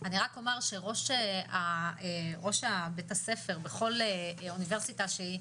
אני רק אומר שראש בית הספר בכל אוניברסיטה שהיא,